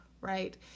right